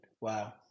Wow